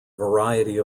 variety